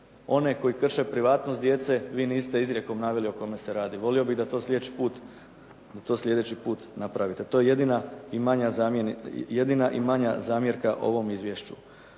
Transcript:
one koji krše privatnost djece vi niste izrijekom naveli o kome se radi, volio bih da to sljedeći put napravite. To je jedina i manja zamjerka ovom izvješću.